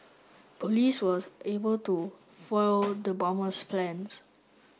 police was able to foil the bomber's plans